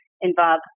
involve